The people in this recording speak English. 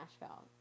Nashville